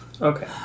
okay